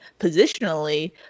positionally